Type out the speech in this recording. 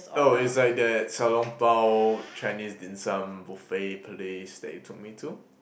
oh is like that Xiao-Long-Bao Chinese dim-sum buffet place that you took me to